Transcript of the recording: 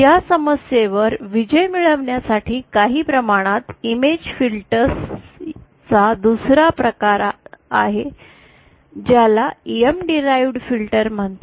या समस्येवर विजय मिळविण्यासाठी काही प्रमाणात इमेज फिल्टर्स चा दुसरा प्रकार आहे ज्याला M डिराइवड फिल्टर म्हणतात